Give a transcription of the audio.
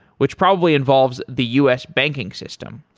which probably involves the us banking system.